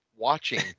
watching